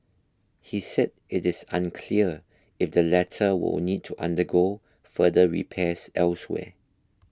he said it is unclear if the latter we will need to undergo further repairs elsewhere